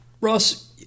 Ross